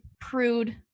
prude